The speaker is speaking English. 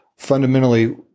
Fundamentally